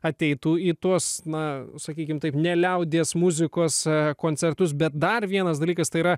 ateitų į tuos na sakykime taip ne liaudies muzikos koncertus bet dar vienas dalykas tai yra